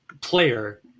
player